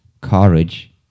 courage